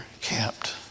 camped